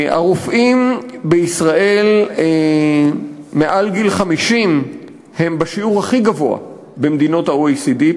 הרופאים בישראל מעל גיל 50 הם בשיעור הכי גבוה במדינות ה-OECD.